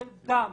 של דם,